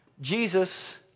Jesus